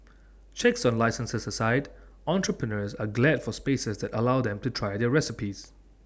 checks on licences aside entrepreneurs are glad for spaces that allow them to try their recipes